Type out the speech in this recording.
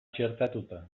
txertatuta